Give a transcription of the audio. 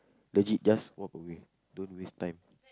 legit just walk away don't waste time